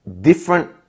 different